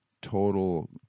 total